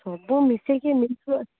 ସବୁ ମିଶେଇକି ନେଇଯିବା